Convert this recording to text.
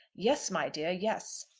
yes, my dear, yes.